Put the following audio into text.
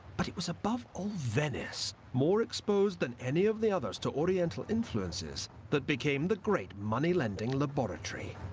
but it was above all venice more exposed than any of the others to oriental influences that became the great money-lending laboratory.